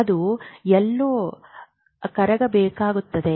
ಅದು ಎಲ್ಲೋ ಕರಗಬೇಕಾಗುತ್ತದೆ